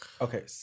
Okay